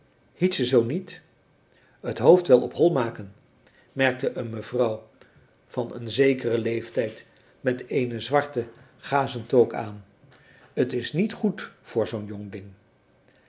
hiet ze zoo niet het hoofd wel op hol maken merkte een mevrouw van een zekeren leeftijd met eene zwarte gazen toque aan t is niet goed voor zoo'n jong